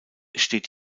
steht